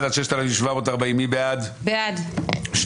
סעדה, אתה משקר, זה נמוך.